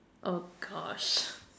oh gosh